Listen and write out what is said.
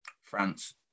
France